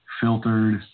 filtered